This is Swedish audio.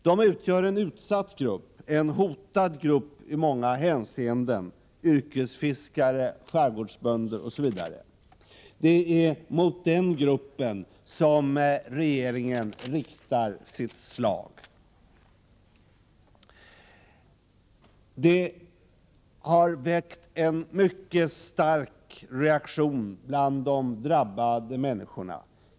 De utgör en utsatt grupp, en i många hänseenden hotad grupp, yrkesfiskare, skärgårdsbönder osv. Det är mot denna grupp som regeringen riktar sitt slag. Detta har väckt en mycket stark reaktion bland de drabbade människorna.